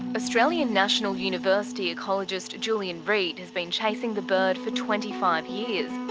australian national university ecologist julian reid has been chasing the bird for twenty five years.